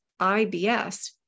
IBS